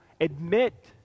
admit